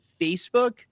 Facebook